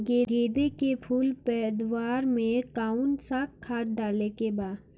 गेदे के फूल पैदवार मे काउन् सा खाद डाले के बा?